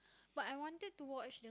but I wanted to watch the